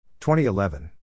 2011